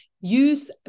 use